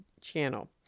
channel